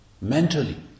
Mentally